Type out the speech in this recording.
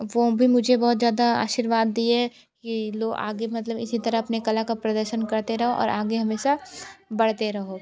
वो भी मुझे बहुत ज़्यादा आशीर्वाद दिए कि लो आगे मतलब इसी तरह अपने कला का प्रदर्शन करते रहो और आगे हमेशा बढ़ते रहो